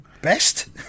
Best